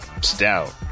stout